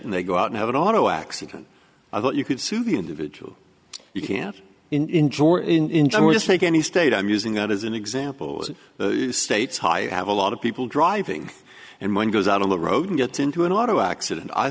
and they go out and have an auto accident i thought you could sue the individual you can enjoy in just like any state i'm using that as an example the state's high have a lot of people driving and mine goes out on the road and gets into an auto accident i